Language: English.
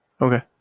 okay